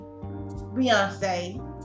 Beyonce